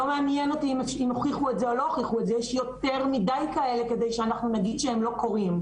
מאמינים למטופלת.